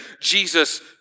Jesus